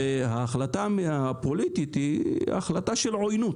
ההחלטה הפוליטית היא החלטה של עוינות,